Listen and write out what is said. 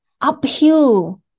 uphill